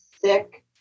sick